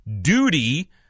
duty